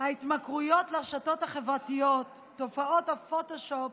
ההתמכרות לרשתות החברתיות ותופעות הפוטושופ